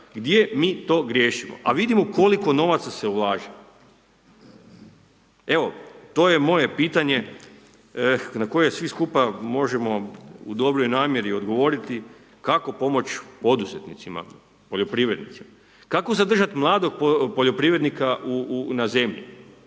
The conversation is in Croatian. gdje mi to griješimo? A vidimo koliko novaca se ulaže. Evo to je moje pitanje na koje svi skupa možemo u dobroj namjeri odgovoriti kako pomoć poduzetnicima, poljoprivrednicima, kako zadržati mladog poljoprivrednika na zemlji